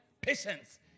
Patience